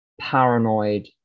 paranoid